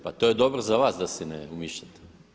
Pa to je dobro za vas da si ne umišljate.